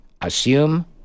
assume